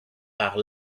par